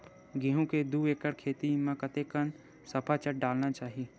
गेहूं के दू एकड़ खेती म कतेकन सफाचट डालना चाहि?